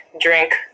drink